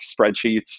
spreadsheets